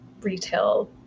retail